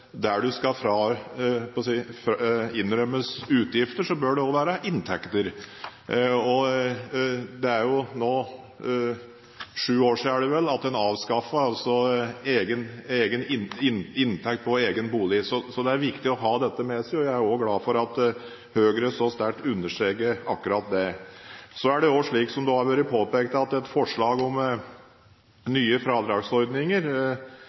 der man skal innrømmes utgifter, bør det også være inntekter. Det er vel nå sju år siden man avskaffet inntekt på egen bolig. Det er viktig å ha dette med seg. Jeg er glad for at Høyre så sterkt understreker akkurat det. Så er det også slik, som det har vært påpekt, at et forslag om nye fradragsordninger